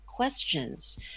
Questions